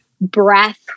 breath